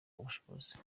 ubushobozi